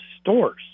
stores